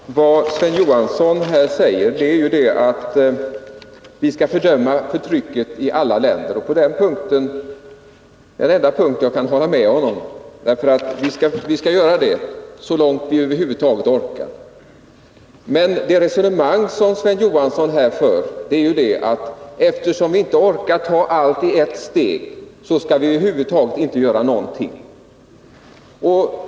Herr talman! Vad Sven Johansson säger är att vi skall fördöma förtryck i alla länder. Det är den enda punkt på vilken jag kan hålla med honom. Vi skall göra det så långt vi över huvud taget orkar. Men det resonemang som Sven Johansson här för går ut på att eftersom vi inte orkar ta allt i ett steg, skall vi över huvud taget inte göra någonting.